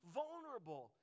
vulnerable